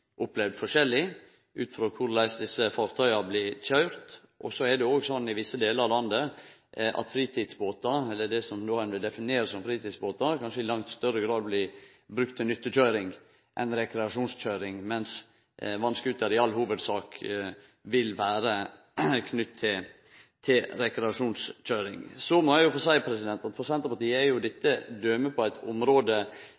opplevd forskjellig ut frå korleis desse fartøya blir køyrde. Så er det også sånn i visse delar av landet at det ein vil definere som fritidsbåtar, kanskje i langt større grad blir nytta til nyttekøyring enn rekreasjonskøyring, mens vass-scooter i all hovudsak vil vere knytt til rekreasjonskøyring. Så må eg seie at for Senterpartiet er